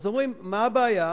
אז אומרים: מה הבעיה?